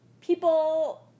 people